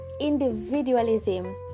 individualism